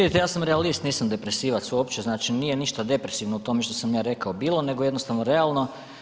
Vidite, ja sam realist nisam depresivac uopće znači nije ništa depresivno u tome što sam ja rekao bilo nego jednostavno realno.